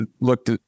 looked